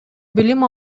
билим